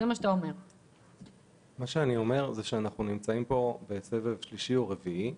אני אומר שאנחנו נמצאים פה בסבב שלישי או רביעי,